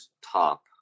top